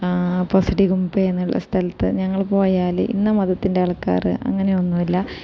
പൊസടിഗുമ്പെ എന്നുള്ള സ്ഥലത്ത് ഞങ്ങള് പോയാല് ഇന്ന മതത്തിൻ്റെ ആൾക്കാറ് അങ്ങനെയൊന്നുമില്ല